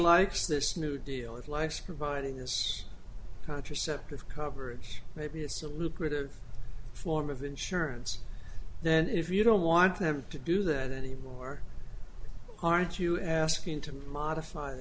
likes this new deal with life's providing this contraceptive coverage maybe it's a lucrative floor of insurance then if you don't want to have to do that anymore aren't you asking to modify